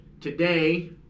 today